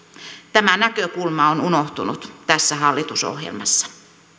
tämä näkökulma on unohtunut tässä hallitusohjelmassa